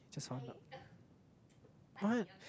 just run up what